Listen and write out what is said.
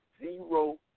Zero